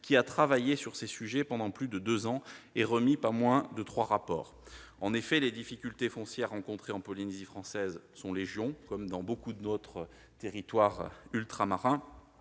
qui a travaillé sur ces sujets pendant plus de deux ans et remis pas moins de trois rapports. En effet, les difficultés foncières rencontrées en Polynésie française sont nombreuses, comme dans beaucoup d'autres territoires ultramarins.